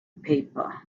paper